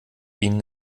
ihnen